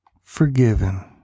forgiven